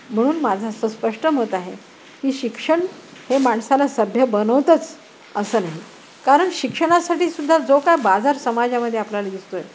म्हणून माझं असं स्पष्ट मत आहे की शिक्षण हे माणसाला सभ्य बनवतच असं नाही कारण शिक्षणासाठी सुुद्धा जो काय बाजार समाजामधे आपल्याला दिसतोय